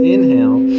Inhale